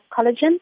collagen